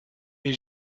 est